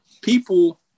people